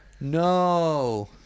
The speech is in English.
No